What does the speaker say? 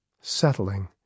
settling